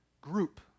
group